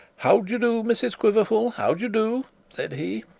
how do you do, mrs quiverful how do you do said he,